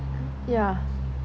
yeah